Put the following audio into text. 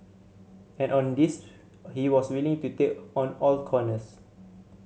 and on this he was willing to take on all corners